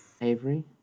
Avery